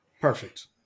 perfect